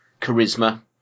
charisma